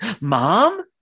mom